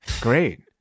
Great